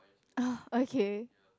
orh okay